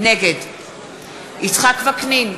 נגד יצחק וקנין,